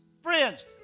Friends